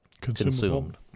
consumed